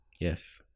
yes